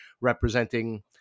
representing